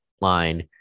line